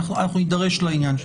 נידרש לעניין.